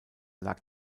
lag